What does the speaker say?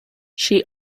she